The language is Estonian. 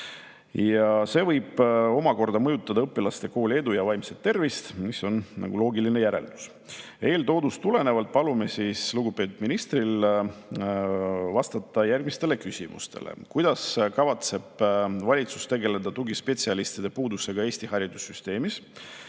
See võib omakorda mõjutada õpilaste kooliedu ja vaimset tervist, on loogiline järeldus. Eeltoodust tulenevalt palume lugupeetud ministril vastata järgmistele küsimustele. Kuidas kavatseb valitsus tegeleda tugispetsialistide puudusega Eesti haridussüsteemis?